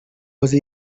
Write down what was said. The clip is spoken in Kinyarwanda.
yahoze